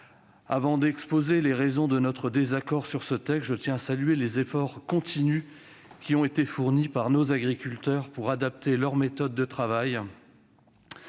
Avant d'exposer les raisons de notre désaccord sur ce texte, je tiens à saluer les efforts continus de nos agriculteurs pour adapter leurs méthodes de travail